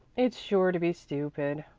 it's sure to be stupid.